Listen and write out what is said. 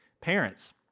parents